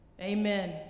Amen